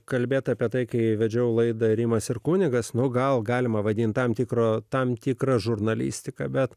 kalbėti apie tai kai vedžiau laidą arimas ir kunigas nuo gal galima vadinti tam tikro tam tikrą žurnalistiką bet